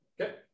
okay